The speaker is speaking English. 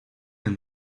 and